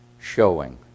showing